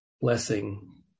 blessing